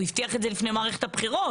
הוא הבטיח את זה לפני מערכת הבחירות,